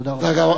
תודה רבה.